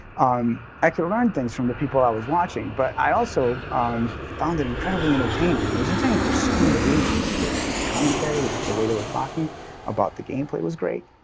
um i could learn things from the people i was watching, but i also um found it incredibly entertaining. it was entertaining for so many reasons the the commentary, the the way they were talking about the gameplay. it was great.